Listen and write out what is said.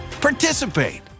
participate